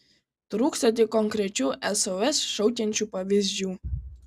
trūkstą tik konkrečių sos šaukiančių pavyzdžių